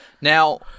Now